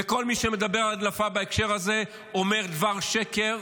וכל מי שמדבר על הדלפה בהקשר הזה אומר דבר שקר,